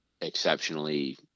exceptionally